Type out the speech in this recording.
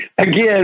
again